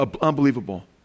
Unbelievable